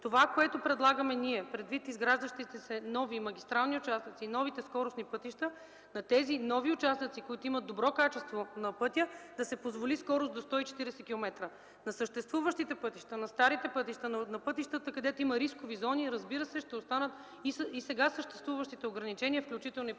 Това, което предлагаме, предвид изграждащите се нови магистрални участъци и новите скоростни пътища, е на тези нови участъци, които имат добро качество на пътя, да се позволи скорост до 140 км. На съществуващите пътища, на старите пътища, на пътищата, където има рискови зони, разбира се, ще останат и сега съществуващите ограничения от 90 км, включително и по магистралите.